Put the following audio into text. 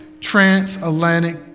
transatlantic